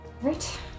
Right